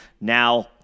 now